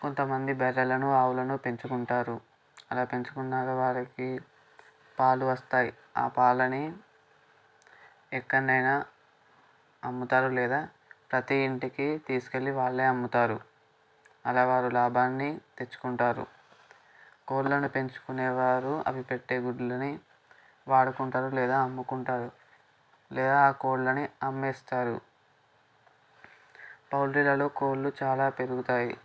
కొంత మంది బర్రెలను ఆవులను పెంచుకుంటారు అలా పెంచుకున్నాక వాళ్ళకి పాలు వస్తాయి ఆ పాలని ఎక్కడినైనా అమ్ముతారు లేదా ప్రతి ఇంటికి తీసుకెళ్ళి వాళ్ళే అమ్ముతారు అలా వారు లాభాన్ని తెచ్చుకుంటారు కోళ్ళని పెంచుకునేవారు అవి పెట్టే గుడ్లని వాడుకుంటారు లేదా అమ్ముకుంటారు లేదా ఆ కోళ్ళని అమ్మేస్తారు పౌల్ట్రీలలో కోళ్ళు చాలా పెరుగుతాయి